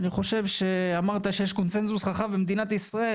אני חושב שאמרת שיש קונצנזוס רחב במדינת ישראל,